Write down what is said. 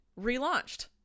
relaunched